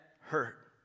hurt